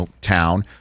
town